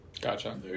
Gotcha